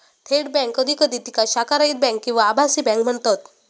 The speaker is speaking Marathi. थेट बँक कधी कधी तिका शाखारहित बँक किंवा आभासी बँक म्हणतत